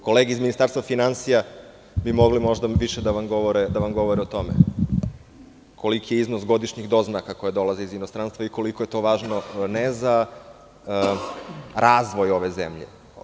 Kolege iz Ministarstva finansija bi mogle možda više da vam govore o tome koliki je iznos godišnjih doznaka koje dolaze iz inostranstva i koliko je to važno, ne za razvoj ove zemlje.